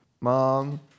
Mom